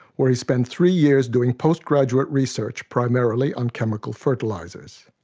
where he spent three years doing post-graduate research, primarily on chemical fertilizers.